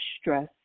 stress